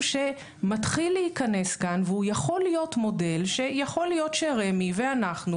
שמתחיל להיכנס כאן והוא יכול להיות מודל שיכול להיות שרמ"י ואנחנו,